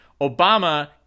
Obama